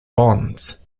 bonds